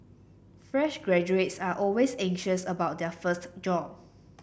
fresh graduates are always anxious about their first job